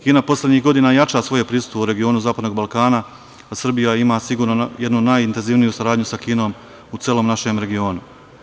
Kina poslednjih godina jača svoje prisustvo u regionu Zapadnog Balkana, a Srbija ima sigurno jednu najintenzivniju saradnju sa Kinom u celom našem regionu.